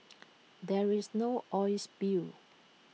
there is no oil spill